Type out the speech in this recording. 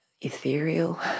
ethereal